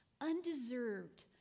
undeserved